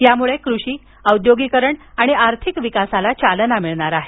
यामुळे कृषी औद्योगिकरण आणि आर्थिक विकासाला चालना मिळणार आहे